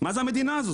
מה זה המדינה הזו?